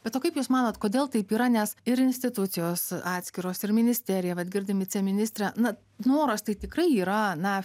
be to kaip jūs manot kodėl taip yra nes ir institucijos atskiros ir ministerija vat girdim viceministrę na noras tai tikrai yra na